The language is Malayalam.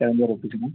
ഇളനീർ ഒപ്പിച്ച്